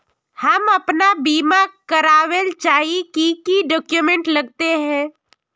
हम अपन बीमा करावेल चाहिए की की डक्यूमेंट्स लगते है?